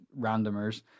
randomers